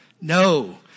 No